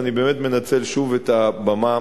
אני באמת מנצל שוב את הבמה